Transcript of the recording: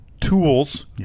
tools